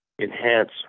enhance